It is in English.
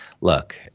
look